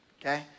okay